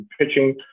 pitching